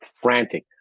frantic